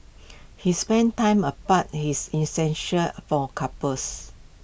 his spending time apart his essential for couples